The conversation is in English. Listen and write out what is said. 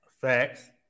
facts